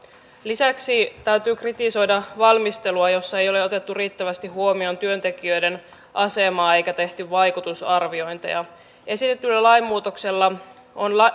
lisäksi täytyy kritisoida valmistelua jossa ei ole otettu riittävästi huomioon työntekijöiden asemaa eikä tehty vaikutusarviointeja esitetyllä lainmuutoksella on